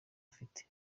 afite